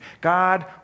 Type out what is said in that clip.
God